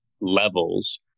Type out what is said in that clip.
levels